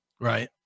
right